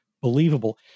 believable